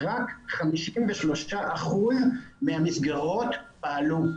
רק 53 אחוזים מהמסגרות פעלו.